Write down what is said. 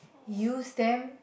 use them